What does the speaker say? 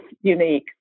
unique